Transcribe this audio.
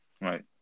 Right